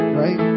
right